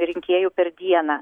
rinkėjų per dieną